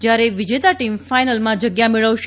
જ્યારે વિજેતા ટીમ ફાઇનલમાં જગ્યા મેળવશે